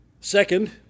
Second